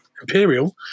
Imperial